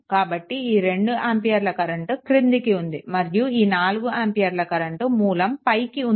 కాబట్టి ఈ 2 ఆంపియర్లు కరెంట్ క్రిందికి ఉంది మరియు ఈ 4 ఆంపియర్ల కరెంట్ మూలం పైకి ఉంది